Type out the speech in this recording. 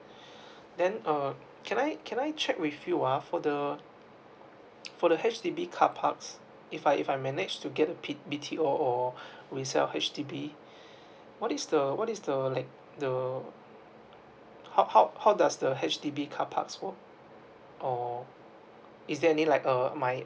then uh can I can I check with you uh for the for the H_D_B carparks if I if I manage to get a B_T_O or resell H_D_B what is the what is the like the how how how does the H_D_B carparks or or is there any like um my